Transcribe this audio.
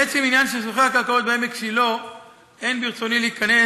לעצם עניין סכסוכי הקרקעות בעמק שילה אין ברצוני להיכנס,